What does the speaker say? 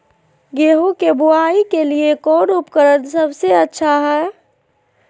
गेहूं के बुआई के लिए कौन उपकरण सबसे अच्छा है?